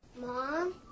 Mom